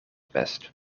best